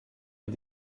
est